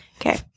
Okay